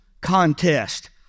Contest